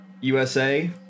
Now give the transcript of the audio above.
USA